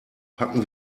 packen